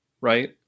Right